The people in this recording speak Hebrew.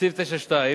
שבסעיף 9(2)